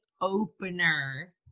opener